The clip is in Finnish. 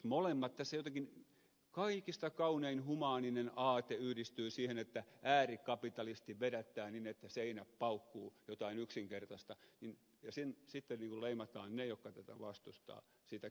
tässä jotenkin kaikista kaunein humaaninen aate yhdistyy siihen että äärikapitalisti vedättää niin että seinät paukkuu jotain yksinkertaista ja sitten leimataan kevyesti ne jotka tätä vastustavat